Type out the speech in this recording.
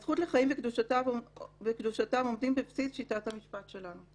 הזכות לחיים וקדושתם עומדים בבסיס שיטת המשפט שלנו.